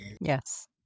Yes